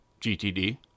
GTD